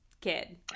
kid